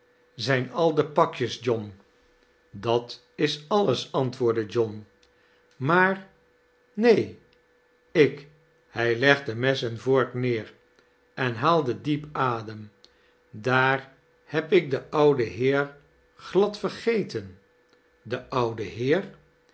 zijn al de pakjes john dat is alles antwoordde john maar neen ik hij legde mes en vork neer en haalde diep adeim daar heb ik den ouden heer glad vergeten den ouden heer